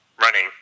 running